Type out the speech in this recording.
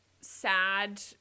sad